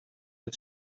his